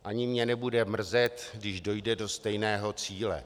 Ani mě nebude mrzet, když dojde do stejného cíle.